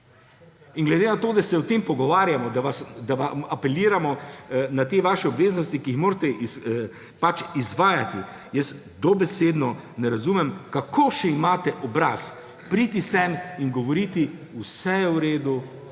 In glede na to, da se o tem pogovarjamo, da vam apeliramo na te vaše obveznosti, ki jih morate izvajati, jaz dobesedno ne razumem, kako še imate obraz priti sem in govoriti, vse je v redu,